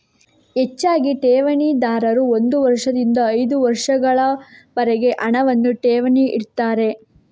ಹೆಚ್ಚಾಗಿ ಠೇವಣಿದಾರರು ಒಂದು ವರ್ಷದಿಂದ ಐದು ವರ್ಷಗಳವರೆಗೆ ಹಣವನ್ನ ಠೇವಣಿ ಇಡ್ತಾರೆ